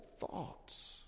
thoughts